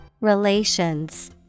Relations